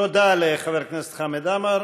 תודה לחבר הכנסת חמד עמאר.